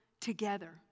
together